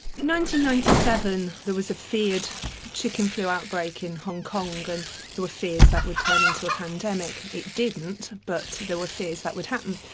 ninety ninety seven there was a feared chicken flu outbreak in hong kong and there were fears it would turn into a pandemic. it didn't, but there were fears that would happen.